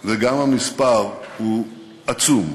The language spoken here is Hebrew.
וגם המספר הוא עצום,